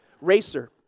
racer